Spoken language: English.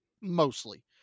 mostly